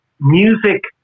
music